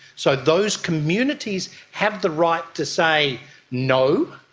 so those communities have the right to say no,